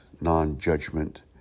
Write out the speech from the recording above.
non-judgment